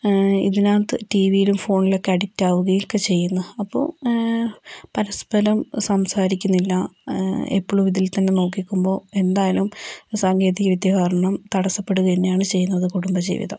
ഇതിനകത്തു ടിവിയിലും ഫോണിലും അഡിക്ട ആകുകയും ഒക്കെ ചെയ്യുന്ന അപ്പൊൾ പരസ്പരം സംസാരിക്കുന്നില്ല എപ്പോളും ഇതിൽ തന്നെ നോക്കിനിക്കുമ്പോൾ എന്തായാലും സാങ്കേതിക വിദ്യ കാരണം തടസപ്പെടുകയാണ് ചെയ്യുന്നത് കുടുംബ ജീവിതം